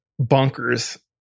bonkers